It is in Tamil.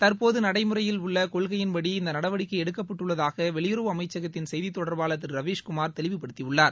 தற்போது நடைமுறையில் உள்ள கொள்கையின் படி இந்த நடவடிக்கை எடுக்கப்பட்டுள்ளதாகவும் வெளியுறவு அமைச்சகத்தின் செய்திதொடர்பாளர் திரு ரவிஷ் குமார் தெளிவுபடுத்தியுள்ளார்